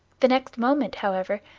the next moment, however,